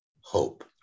hope